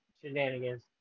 shenanigans